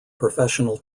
professional